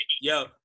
yo